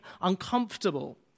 uncomfortable